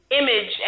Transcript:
image